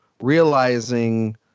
realizing